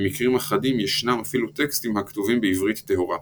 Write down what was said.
במקרים אחדים ישנם אפילו טקסטים הכתובים בעברית טהורה.